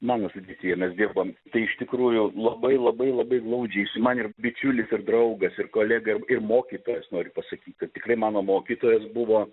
mano sudėtyje mes dirbam tai iš tikrųjų labai labai labai glaudžiai jis man ir bičiulis ir draugas ir kolega ir mokytojas noriu pasakyt kad tikrai mano mokytojas buvo